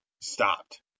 stopped